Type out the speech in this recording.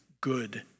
good